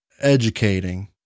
educating